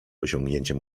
osiągnięciem